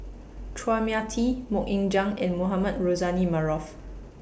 Chua Mia Tee Mok Ying Jang and Mohamed Rozani Maarof